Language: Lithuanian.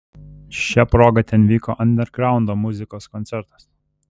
šia proga ten vyko andergraundo muzikos koncertas